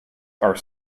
are